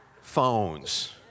phones